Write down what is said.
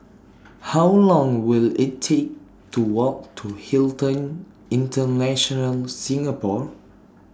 How Long Will IT Take to Walk to Hilton International Singapore